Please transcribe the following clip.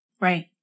Right